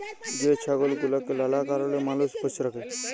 যে ছাগল গুলাকে লালা কারলে মালুষ পষ্য রাখে